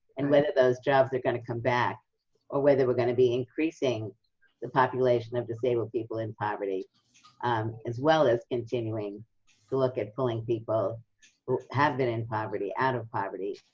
and whether those jobs are going to come back or whether we're going to be increasing the population of disabled people in poverty um as well as continuing to look at pulling people who have been in poverty out of poverty.